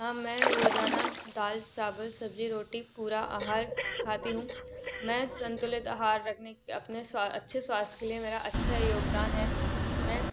हाँ मैं रोजाना दाल चावल सब्ज़ी रोटी पूरा आहार खाती हूँ मैं संतुलित आहार रखने अपने स्वा अच्छे स्वास्थय के लिए मेरा अच्छा योगदान है मैं